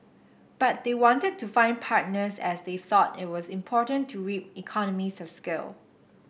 but they wanted to find partners as they thought it was important to reap economies of scale